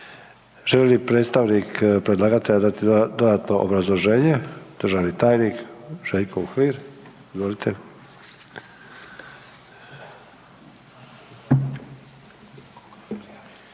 Želi li predstavnik predlagatelja dati dodatno obrazloženje? Državni tajnik Željko Uhlir. Izvolite.